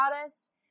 modest